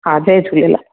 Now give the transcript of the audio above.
हा जय झूलेलाल